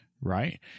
right